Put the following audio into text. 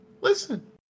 listen